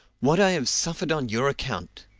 what i have suffered on your account!